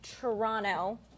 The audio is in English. Toronto